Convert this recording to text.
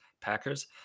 Packers